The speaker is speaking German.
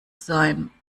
sein